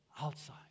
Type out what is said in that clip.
outside